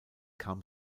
kam